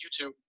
YouTube